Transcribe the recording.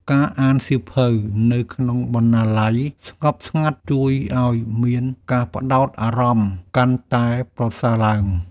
ការអានសៀវភៅនៅក្នុងបណ្ណាល័យស្ងប់ស្ងាត់ ជួយឱ្យមានការផ្តោតអារម្មណ៍កាន់តែប្រសើរឡើង។